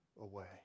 away